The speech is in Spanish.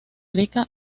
rica